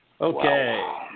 Okay